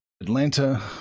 Atlanta